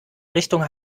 richtung